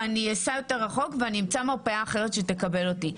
אני אסע יותר רחוק ואני אמצא מרפאה אחרת שתקבל אותי.